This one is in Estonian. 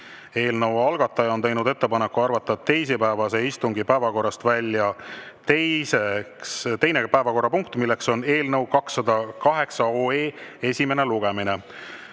Eelnõu algataja on teinud ettepaneku arvata teisipäevase istungi päevakorrast välja teine päevakorrapunkt, mis on eelnõu 208 esimene lugemine,